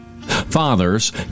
Fathers